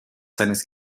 seines